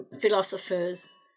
philosophers